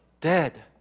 Dead